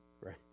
Right